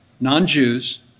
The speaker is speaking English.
non-Jews